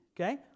okay